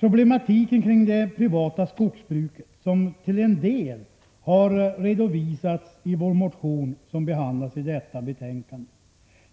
Problematiken kring det privata skogsbruket, som till en del har redovisats i vår motion som behandlas i detta betänkande,